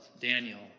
Daniel